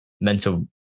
mental